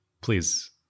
please